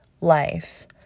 life